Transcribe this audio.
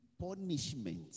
punishment